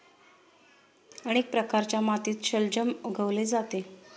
अनेक प्रकारच्या मातीत शलजम उगवले जाते